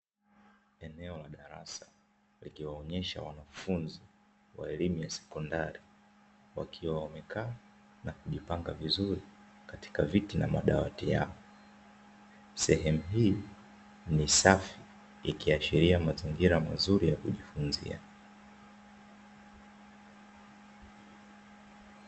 Eneo la darasa likiwaonyesha wanafunzi, wa elimu ya sekondari wakiwa wamekaa, na kujipanga vizuri katika viti na madawati yao. Sehemu hii ni safi, ikiashiria mazingira mazuri ya kujifunzia.